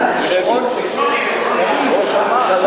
ראש הממשלה לא